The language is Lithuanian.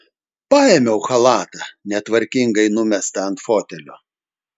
paėmiau chalatą netvarkingai numestą ant fotelio